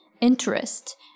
interest